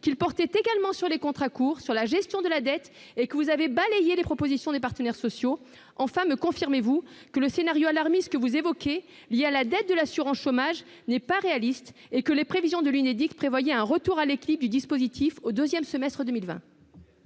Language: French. qu'il portait également sur les contrats courts et la gestion de la dette, et que vous avez balayé les propositions des partenaires sociaux ? Me confirmez-vous, enfin, que le scénario alarmiste que vous évoquez, qui serait lié à la dette de l'assurance chômage, n'est pas réaliste et que l'Unédic prévoyait un retour à l'équilibre du dispositif au deuxième semestre 2020